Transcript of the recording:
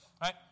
Right